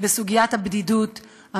בסוגיית הבדידות,